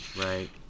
right